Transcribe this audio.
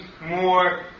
more